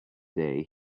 day